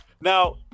Now